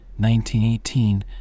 1918